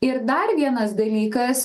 ir dar vienas dalykas